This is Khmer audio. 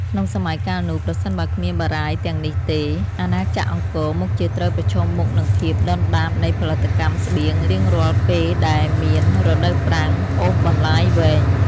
ក្នុងសម័យកាលនោះ ប្រសិនបើគ្មានបារាយណ៍ទាំងនេះទេ អាណាចក្រអង្គរមុខជាត្រូវប្រឈមមុខនឹងភាពដុនដាបនៃផលិតកម្មស្បៀងរៀងរាល់ពេលដែលមានរដូវប្រាំងអូសបន្លាយវែង។